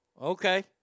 Okay